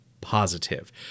positive